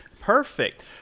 Perfect